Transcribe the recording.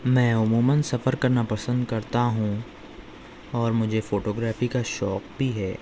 میں عموماً سفر کرنا پسند کرتا ہوں اور مجھے فوٹوگرافی کا شوق بھی ہے